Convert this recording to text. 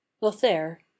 Lothair